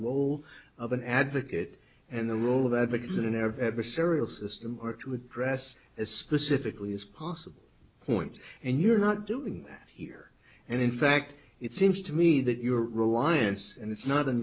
role of an advocate and the role of advocates in an adversarial system or to address as specifically as possible points and you're not doing that here and in fact it seems to me that your reliance and it's not an